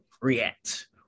react